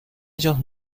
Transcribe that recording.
ellos